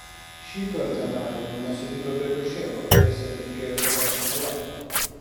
šį kartą raja mane sutiko be kočėlo tiesa vilkėjo tą patį chalatą